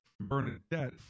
Bernadette